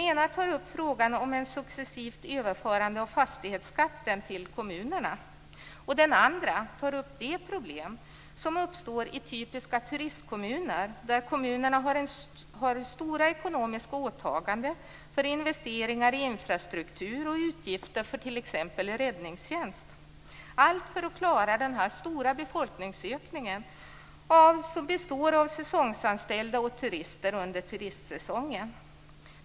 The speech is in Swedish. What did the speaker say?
Den ena gäller ett successivt överförande av fastighetsskatten till kommunerna och den andra gäller det problem som uppstår i typiska turistkommuner där kommunen har stora ekonomiska åtaganden vad gäller investeringar i infrastruktur och utgifter för t.ex. räddningstjänst - allt för att klara sin stora befolkningsökning till följd av säsongsanställda och turister under turistsäsongen.